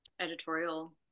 editorial